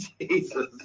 Jesus